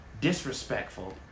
disrespectful